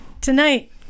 tonight